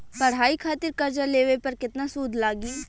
पढ़ाई खातिर कर्जा लेवे पर केतना सूद लागी?